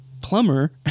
plumber